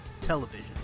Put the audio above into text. television